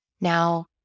Now